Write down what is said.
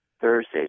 Thursday